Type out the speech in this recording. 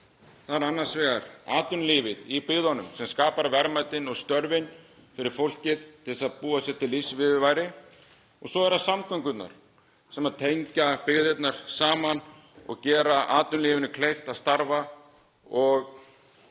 landið. Annars vegar er það atvinnulífið í byggðunum sem skapar verðmætin og störfin fyrir fólkið til að búa sér til lífsviðurværi og svo eru það samgöngurnar sem tengja byggðirnar saman og gera atvinnulífinu kleift að starfa og